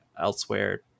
elsewhere